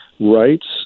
Rights